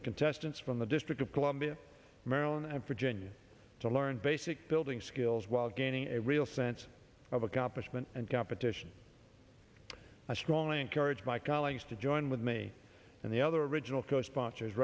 the contestants from the district of columbia maryland and virginia to learn basic building skills while gaining a real sense of accomplishment and competition i strongly encourage my colleagues to join with me and the other original co sponsors